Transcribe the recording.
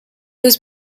was